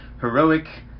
heroic